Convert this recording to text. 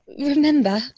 Remember